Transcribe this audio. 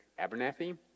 Abernathy